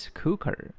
cooker